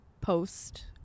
post